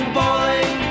bowling